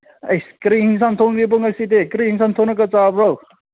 ꯑꯩꯁ ꯀꯔꯤ ꯑꯦꯟꯁꯥꯡ ꯊꯣꯡꯉꯤꯕ ꯉꯁꯤꯗꯤ ꯀꯔꯤ ꯑꯦꯟꯁꯥꯡ ꯊꯣꯡꯉꯒ ꯆꯥꯕ꯭ꯔꯣ